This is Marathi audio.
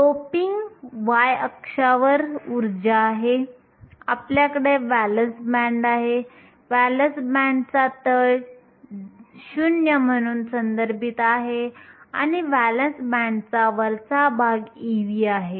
डोपिंग y अक्षावर उर्जा आहे आपल्याकडे व्हॅलेन्स बँड आहे व्हॅलेन्स बँडचा तळ 0 म्हणून संदर्भित आहे आणि व्हॅलेन्स बँडचा वरचा भाग Ev आहे